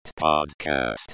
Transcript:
podcast